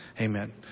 Amen